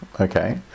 Okay